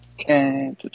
Okay